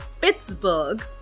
Pittsburgh